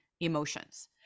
emotions